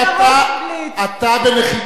אתה בנחיתות,